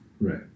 Right